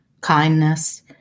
kindness